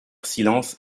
silence